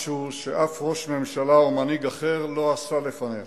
משהו שאף ראש ממשלה או מנהיג אחר לא עשה לפניך.